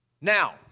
Now